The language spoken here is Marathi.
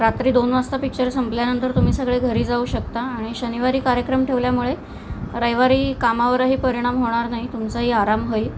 रात्री दोन वाजता पिक्चर संपल्यानंतर तुम्ही सगळे घरी जाऊ शकता आणि शनिवारी कार्यक्रम ठेवल्यामुळे रविवारी कामावरही परिणाम होणार नाही तुमचाही आराम होईल